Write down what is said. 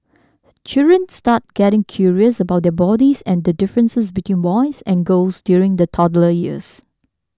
children start getting curious about their bodies and the differences between boys and girls during the toddler years